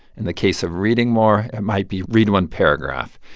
in the case of reading more, it might be read one paragraph.